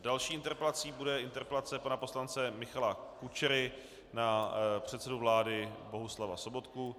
Další interpelací bude interpelace pana poslance Michala Kučery na předsedu vlády Bohuslava Sobotku.